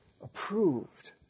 approved